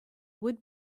would